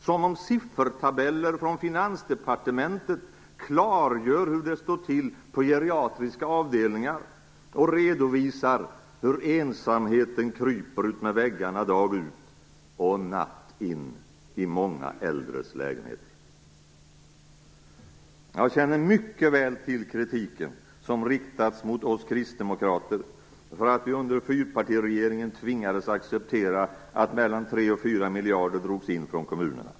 Som om siffertabeller från Finansdepartementet klargör hur det står till på geriatriska avdelningar och redovisar hur ensamheten kryper utmed väggarna dag ut och natt in i många äldres lägenheter! Jag känner mycket väl till kritiken som riktas mot oss kristdemokrater för att vi under fyrpartiregeringen tvingades acceptera att mellan 3 och 4 miljarder drogs in från kommunerna.